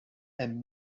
hemm